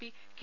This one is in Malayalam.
P K